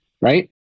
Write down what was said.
right